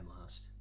last